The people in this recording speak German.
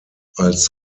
als